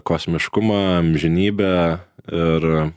kosmiškumą amžinybę ir